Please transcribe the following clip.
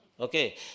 Okay